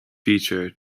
feature